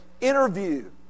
interview